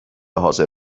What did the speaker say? حاضر